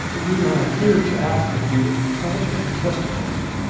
we are here to ask that you alter your testimony.